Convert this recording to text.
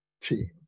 team